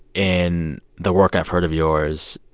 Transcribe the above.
in the work i've heard of yours,